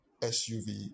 SUV